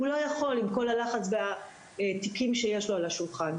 הוא לא יכול עם כל הלחץ והתיקים שיש לו על השולחן.